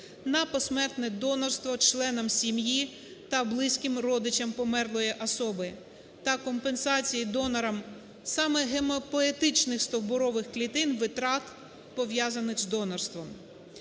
на посмертне донорство членам сім'ї та близьким родичам померлої особи, та компенсації донорам саме гемопоетичних стовбурових клітин, витрат, пов'язаних з донорством.